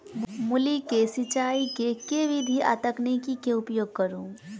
मूली केँ सिचाई केँ के विधि आ तकनीक केँ उपयोग करू?